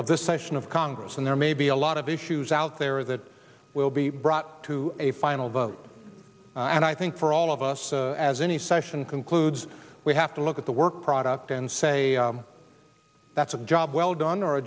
this session of congress and there may be a lot of issues out there that will be brought to a final vote and i think for all of us as any session concludes we have to look at the work product and say that's a job well done or a